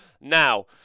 Now